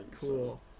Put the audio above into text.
Cool